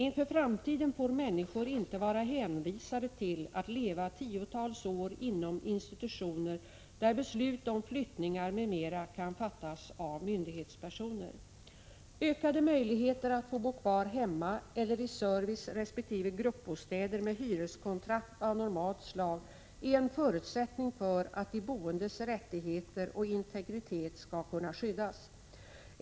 Inför framtiden får människor inte vara hänvisade till att leva tiotals år inom institutioner där beslut om flyttningar m.m. kan fattas av myndighetspersoner. Ökade möjligheter att få bo kvar hemma eller i serviceresp. gruppbostäder med hyreskontrakt av normalt slag är en förutsättning för att de boendes rättigheter och integritet skall kunna skyddas.